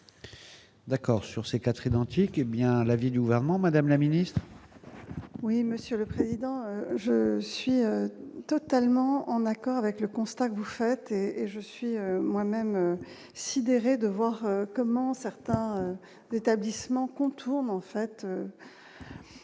D'accord sur ces quatre identique, hé bien l'avis du gouvernement Madame la milice. Oui, Monsieur le Président, je suis totalement en accord avec le constat que vous faites et je suis moi-même sidéré de voir comment certains établissements contournant fait